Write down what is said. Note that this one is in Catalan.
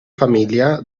família